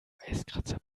eiskratzer